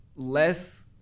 less